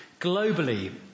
globally